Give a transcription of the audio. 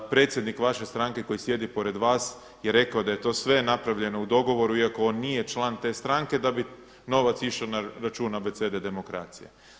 Predsjednik vaše stranke koji sjedi pored vas je rekao da je to sve napravljeno u dogovoru iako on nije član te stranke da bi novac išao na račun Abecede demokracija.